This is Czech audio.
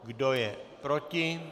Kdo je proti?